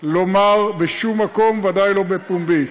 לומר בשום מקום, ודאי לא בפומבי.